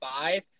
five